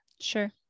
sure